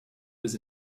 was